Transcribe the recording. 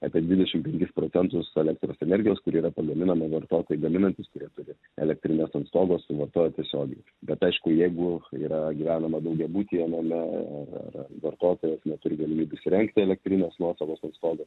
apie dvidešim penkis procentus elektros energijos kuri yra pagaminama vartotojui gaminantis kurie turi elektrines ant stogo suvartoja tiesiogiai bet aišku jeigu yra gyvenama daugiabutyje name ar ar vartotojas neturi galimybių įsirengti elektrines nuosavas ant stogo